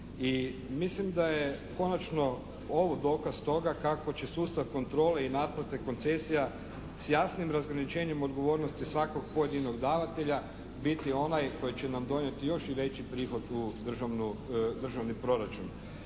mislim da je konačno ovo dokaz toga kako će sustav kontrole i naplate koncesija s jasnim razgraničenjem odgovornosti svakog pojedinog davatelja biti onaj koji će nam donijeti još i veći prihod u državni proračun.